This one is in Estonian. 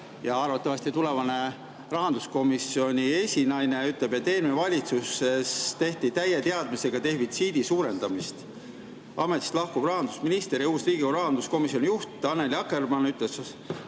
ja arvatavasti tulevane rahanduskomisjoni esinaine ütleb, et eelmises valitsuses tehti täie teadmisega defitsiidi suurendamist. Ametist lahkuv rahandusminister ja uus Riigikogu rahanduskomisjoni juht Annely Akkermann ütles